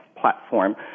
platform